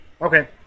Okay